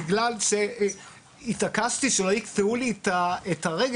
בגלל שהתעקשתי שלא יקטעו לי את הרגל,